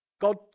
God